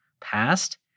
past